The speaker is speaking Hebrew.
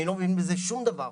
שאני לא מבין בזה שום דבר.